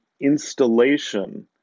installation